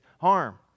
harm